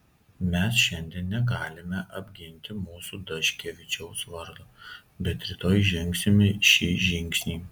mes šiandien negalime apginti mūsų daškevičiaus vardo bet rytoj žengsime šį žingsnį